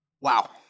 wow